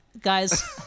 guys—